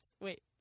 Wait